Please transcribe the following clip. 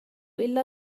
إلا